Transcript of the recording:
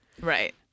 Right